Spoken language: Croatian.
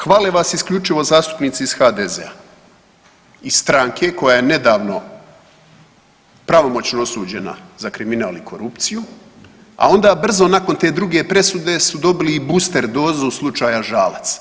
Hvale vas isključivo zastupnici iz HDZ-a, iz stranke koja je nedavno pravomoćno osuđena za kriminal i korupciju, a onda brzo nakon te druge presude su dobili i booster dozu slučaja Žalac.